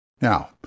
Now